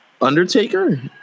Undertaker